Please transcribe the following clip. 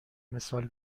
مثال